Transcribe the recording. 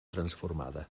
transformada